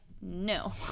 no